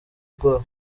ubwoba